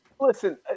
Listen